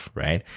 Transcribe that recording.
right